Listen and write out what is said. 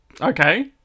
Okay